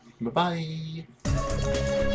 Bye-bye